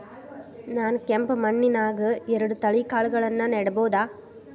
ನಾನ್ ಕೆಂಪ್ ಮಣ್ಣನ್ಯಾಗ್ ಎರಡ್ ತಳಿ ಕಾಳ್ಗಳನ್ನು ನೆಡಬೋದ?